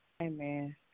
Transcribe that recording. Amen